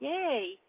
Yay